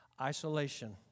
Isolation